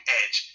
edge